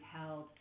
held